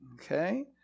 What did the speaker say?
Okay